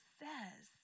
says